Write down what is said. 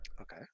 Okay